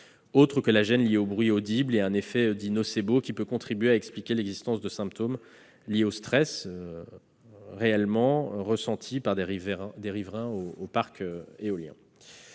autres que la gêne liée au bruit audible et un effet, dit nocebo, qui peut contribuer à expliquer l'existence de symptômes liés au stress réellement ressenti par des riverains du parc éolien.